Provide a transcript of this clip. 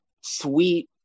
sweet